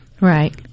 Right